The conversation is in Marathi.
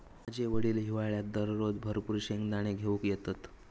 माझे वडील हिवाळ्यात दररोज भरपूर शेंगदाने घेऊन येतत